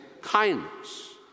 ...kindness